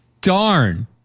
Darn